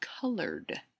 colored